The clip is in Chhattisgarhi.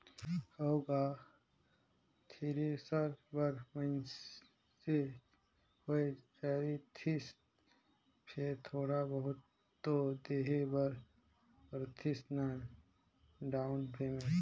हव गा थेरेसर बर फाइनेंस होए जातिस फेर थोड़ा बहुत तो देहे बर परतिस ना डाउन पेमेंट